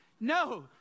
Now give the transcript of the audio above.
no